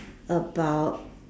about